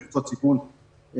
קבוצות סיכון ואחרים.